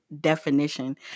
definition